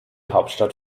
hauptstadt